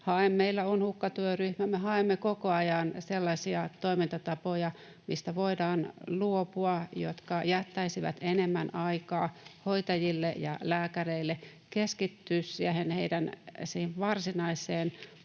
Meillä on hukkatyöryhmä, me haemme koko ajan sellaisia toimintatapoja, mistä voidaan luopua ja mitkä jättäisivät enemmän aikaa hoitajille ja lääkäreille keskittyä siihen heidän varsinaiseen